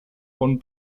von